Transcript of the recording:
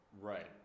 right